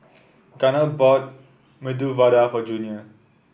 Gunner bought Medu Vada for Junior